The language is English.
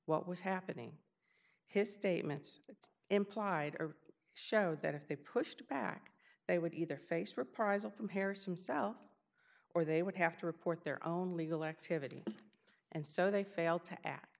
what was happening his statements implied or showed that if they pushed back they would either face reprisal from paris himself or they would have to report their own legal activity and so they failed to act